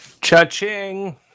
Cha-ching